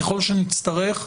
ככל שנצטרך,